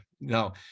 Now